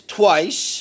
twice